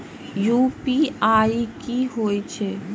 UPI की हेछे?